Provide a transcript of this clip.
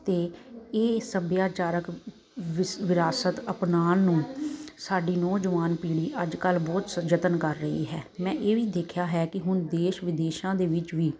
ਤੇ ਇਹ ਸੱਭਿਆਚਾਰਕ ਵਿਸ ਵਿਰਾਸਤ ਅਪਨਾਣ ਨੂੰ ਸਾਡੀ ਨੌਜਵਾਨ ਪੀੜੀ ਅੱਜ ਕੱਲ ਬਹੁਤ ਯਤਨ ਕਰ ਰਹੀ ਹੈ ਮੈਂ ਇਹ ਵੀ ਦੇਖਿਆ ਹੈ ਕਿ ਹੁਣ ਦੇਸ਼ ਵਿਦੇਸ਼ਾਂ ਦੇ ਵਿੱਚ ਵੀ